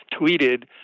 tweeted